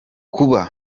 kuba